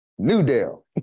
Newdale